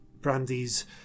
Brandy's